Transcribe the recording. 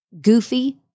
goofy